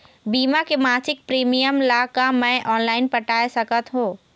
बीमा के मासिक प्रीमियम ला का मैं ऑनलाइन पटाए सकत हो?